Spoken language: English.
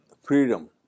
freedom